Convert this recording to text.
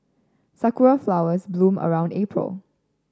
sakura flowers bloom around April